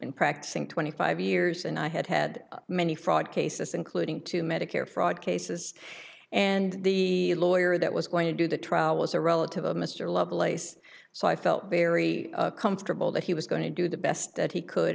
been practicing twenty five years and i had had many fraud cases including two medicare fraud cases and the lawyer that was going to do the trial was a relative of mr lovelace so i felt very comfortable that he was going to do the best that he could